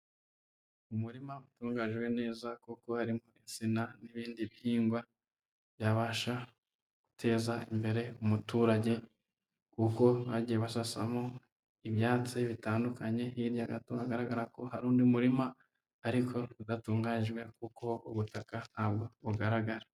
Mu murima utunganjwe neza kuko harimo insina n'ibindi bihingwa byabasha guteza imbere umuturage, kuko bagiye basasamo ibyatsi bitandukanye, hirya gato hagaragara ko hari undi murima ariko udatunganyijwe kuko ubutaka ntabwo bugaragara.